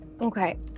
Okay